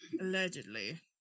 Allegedly